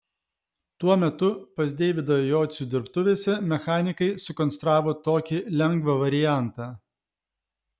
tuo metu pas deividą jocių dirbtuvėse mechanikai sukonstravo tokį lengvą variantą